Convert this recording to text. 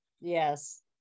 Yes